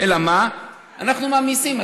אלא מה, אנחנו מעמיסים.